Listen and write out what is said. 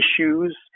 issues